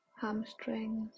hamstrings